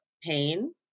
pain